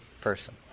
person